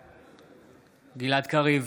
בעד גלעד קריב,